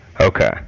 Okay